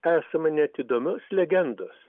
esama net įdomios legendos